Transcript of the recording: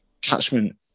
catchment